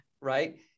Right